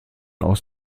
aus